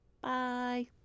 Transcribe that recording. Bye